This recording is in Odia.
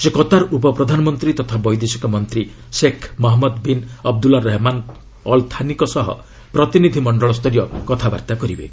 ସେ କତାର ଉପପ୍ରଧାନମନ୍ତ୍ରୀ ତଥା ବୈଦେଶିକ ମନ୍ତ୍ରୀ Sheikh Mohammed bin Abdullah Rahman Al ଥାନିଙ୍କ ସହ ପ୍ରତିନିଧିମଣ୍ଡଳସ୍ତରୀୟ କଥାବାର୍ତ୍ତା କରିବେ